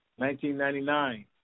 1999